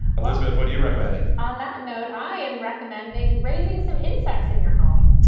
elizabeth, what are you recommending? on that note, i am recommending raising some insects in your home.